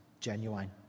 genuine